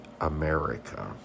America